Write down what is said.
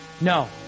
No